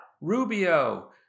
Rubio